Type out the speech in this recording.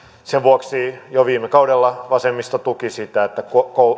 sen vuoksi jo viime kaudella vasemmisto tuki sitä että